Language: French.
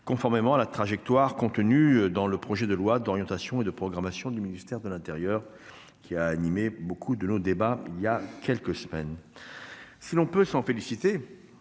conformément à la trajectoire contenue dans le projet de loi d'orientation et de programmation du ministère de l'intérieur, qui a animé nos débats voilà quelques semaines. Dont acte ! Si l'on peut se féliciter